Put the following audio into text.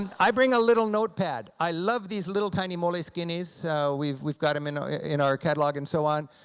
and i bring a little notepad. i love these little tiny moleskines, so we've we've got em in in our catalog and so on.